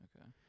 Okay